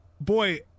Boy